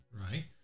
Right